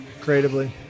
creatively